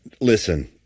listen